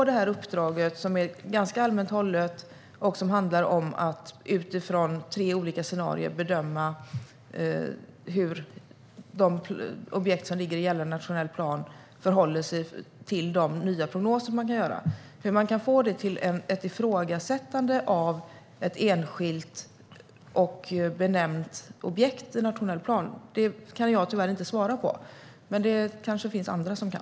Det här uppdraget är ganska allmänt hållet, och det handlar om att utifrån tre olika scenarier bedöma hur de objekt som ligger i gällande nationell plan förhåller sig till de nya prognoser man kan göra. Hur man kan få det till ett ifrågasättande av ett enskilt och benämnt objekt i nationell plan kan jag tyvärr inte svara på. Men det kanske det finns andra som kan.